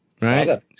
right